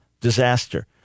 disaster